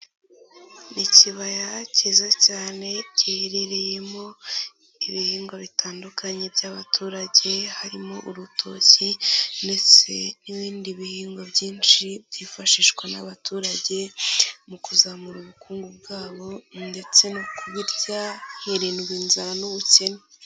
Ni ikibaya cyiza cyane giherereyemo ibihingwa bitandukanye by'abaturage harimo urutoki ndetse n'ibindi bihingwa byinshi byifashishwa n'abaturage mu kuzamura ubukungu bwabo ndetse no kubirya hirinddwa inzara n'ubukene.